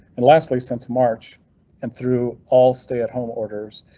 and lastly, since march and through all stay at home orders,